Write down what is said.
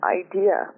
idea